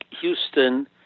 Houston